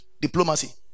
Diplomacy